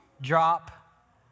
drop